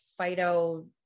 phyto